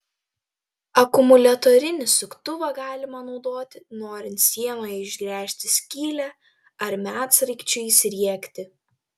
akumuliatorinį suktuvą galima naudoti norint sienoje išgręžti skylę ar medsraigčiui įsriegti